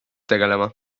tegelema